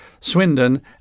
Swindon